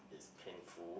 is painful